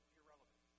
irrelevant